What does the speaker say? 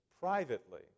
privately